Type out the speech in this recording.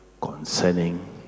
concerning